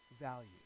value